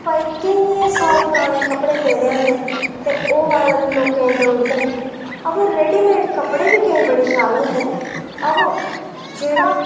भाई केईं केईं साल पराने कपड़े पेदे होंदे ते ओह् लेकें गी देई ओड़दे न बाऽ रेडीमेड कपड़े बी केईं शैल होंदे न बाऽ जेह्ड़ा